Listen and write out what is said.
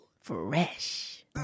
Fresh